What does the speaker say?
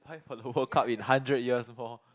fight for the World Cup in hundred years more